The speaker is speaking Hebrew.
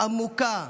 עמוקה,